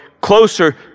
closer